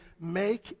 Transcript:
make